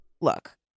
Look